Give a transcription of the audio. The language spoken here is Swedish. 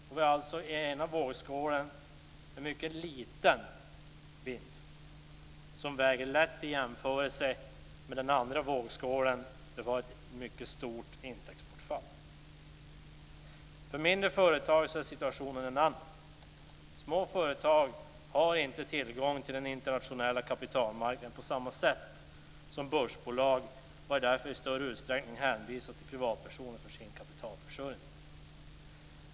Vi har alltså i ena vågskålen en mycket liten vinst som väger lätt i jämförelse med den andra vågskålen med ett mycket stort indexbortfall. För mindre företag är situationen en annan. Små företag har inte tillgång till den internationella kapitalmarknaden på samma sätt som börsbolag och är därför i större utsträckning hänvisade till privatpersoner för sin kapitalförsörjning.